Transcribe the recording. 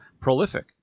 prolific